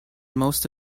most